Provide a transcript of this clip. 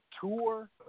tour